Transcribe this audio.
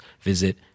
visit